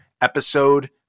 episode